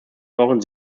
brauchen